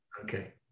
Okay